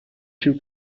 two